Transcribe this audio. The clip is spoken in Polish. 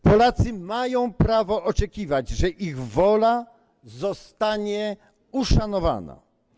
Polacy mają prawo oczekiwać, że ich wola zostanie uszanowana.